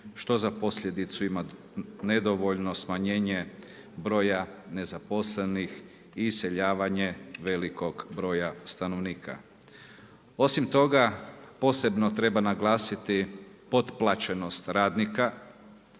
što za posljedicu ima nedovoljno smanjenje broja nezaposlenih i iseljavanje velikog broja stanovnika. Osim toga, posebno treba naglasiti potplaćenost radnika,